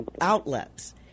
outlets